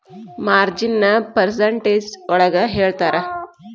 ಮಾರ್ಜಿನ್ನ percentage ಒಳಗ ಹೇಳ್ತರ